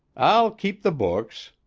i'll keep the books.